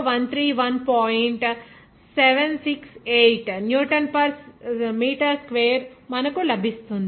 768 newton per metre square మనకు లభిస్తుంది